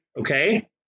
okay